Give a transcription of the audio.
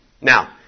Now